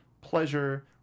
Pleasure